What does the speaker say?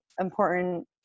important